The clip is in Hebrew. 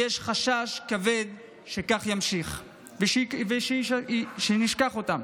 ויש חשש כבד שכך יימשך ושנשכח אותם.